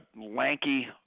lanky